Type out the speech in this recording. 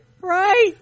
right